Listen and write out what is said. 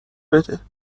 بده